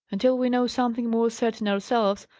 until we know something more certain ourselves,